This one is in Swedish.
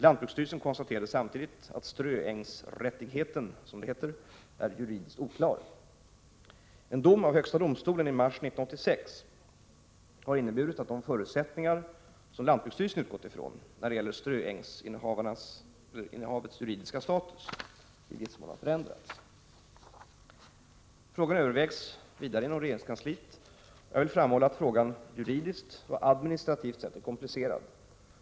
Lantbruksstyrelsen konstaterade samtidigt att ströängsrättigheten är juridiskt oklar. En dom av högsta domstolen i mars 1986 har inneburit att de förutsättningar lantbruksstyrelsen utgått ifrån vad gäller ströängsinnehavets juridiska status i viss mån förändrats. Frågan övervägs vidare inom regeringskansliet. Jag vill framhålla att frågan juridiskt och administrativt sett är komplicerad.